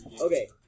Okay